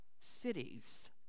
cities